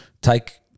Take